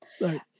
Right